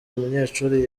munyeshuri